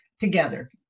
together